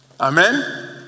Amen